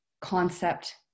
concept